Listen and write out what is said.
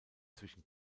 zwischen